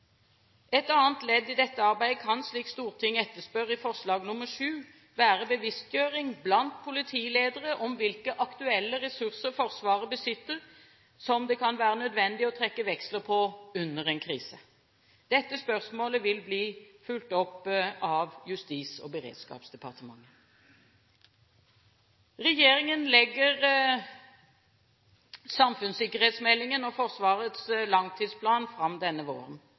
Et annet ledd i dette arbeidet kan være, slik Stortinget etterspør i forslag nr. VII, bevisstgjøring blant politiledere om hvilke aktuelle ressurser Forsvaret besitter som det kan være nødvendig å trekke veksler på under en krise. Dette spørsmålet vil bli fulgt opp av Justis- og beredskapsdepartementet. Regjeringen legger fram samfunnssikkerhetsmeldingen og Forsvarets langtidsplan denne våren.